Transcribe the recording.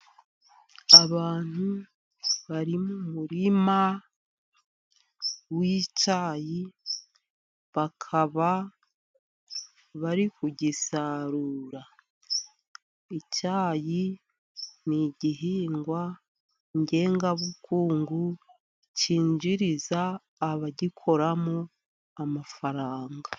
Abantu bari mu murima w'icyayi bakaba bari kugisarura. Icyayi ni igihingwa ngengabukungu, cyinjiriza abagikoramo amafaranga.